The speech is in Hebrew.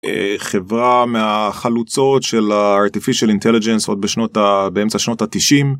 חברה מהחלוצות של artificial intelligence עוד בשנות באמצע שנות התשעים.